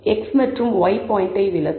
x மற்றும் y பாயிண்டை விளக்கும்